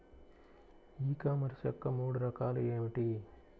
ఈ కామర్స్ యొక్క మూడు రకాలు ఏమిటి?